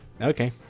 Okay